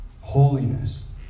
Holiness